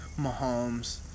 Mahomes